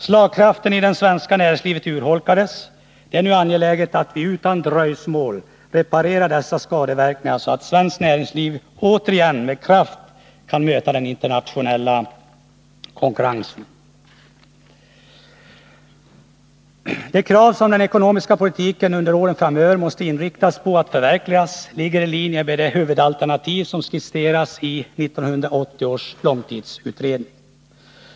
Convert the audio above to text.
Slagkraften i det svenska näringslivet urholkades. Det är nu angeläget att vi utan dröjsmål reparerar dessa skadeverkningar, så att svenskt näringsliv återigen med kraft kan möta den internationella konkurrensen. De krav som den ekonomiska politiken under åren framöver måste inriktas på att förverkliga ligger i linje med det huvudalternativ som skisseras i 1980 års långtidsutredning.